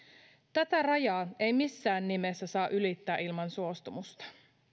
tätä rajaa ei missään nimessä saa ylittää ilman suostumusta